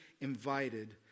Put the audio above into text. invited